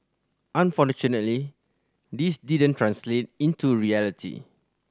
unfortunately this didn't translate into reality